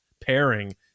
pairing